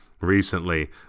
recently